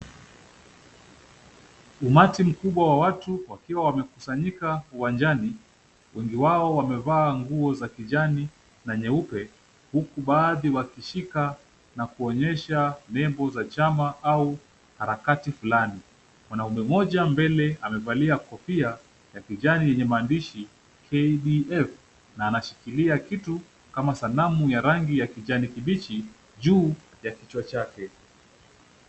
Umati mkubwa wa watu wakiwa wamekusanyika uwanjani wengi wao wamevaa nguo za kijani na nyeupe huku baadhi wakishika na kuonyesha nembo za chama au harakati flani. Mwanaume mmoja mbele amevalia kofia ya kijani yenye maandishi KDF na anashikilia kitu kama sanamu ya rangi ya kijani kibichi juu ya kichwa chake.